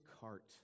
cart